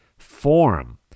Form